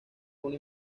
una